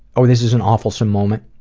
oh this is an awefulsome moment,